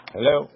Hello